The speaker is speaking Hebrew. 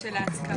של ההסכמה.